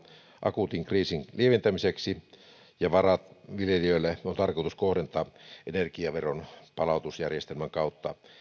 akuutin kriisin lieventämiseksi ja varat viljelijöille on tarkoitus kohdentaa energiaveron palautusjärjestelmän kautta